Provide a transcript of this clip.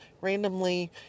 randomly